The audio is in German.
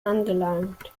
angelangt